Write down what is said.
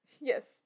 Yes